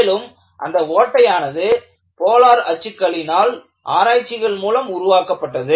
மேலும் அந்த ஓட்டை ஆனது போலார் அச்சுக்களினால் ஆராய்ச்சிகள் மூலம் உருவாக்கப்பட்டது